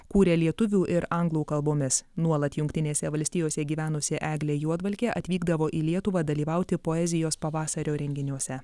kūrė lietuvių ir anglų kalbomis nuolat jungtinėse valstijose gyvenusi eglė juodvalkė atvykdavo į lietuvą dalyvauti poezijos pavasario renginiuose